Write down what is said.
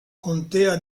contea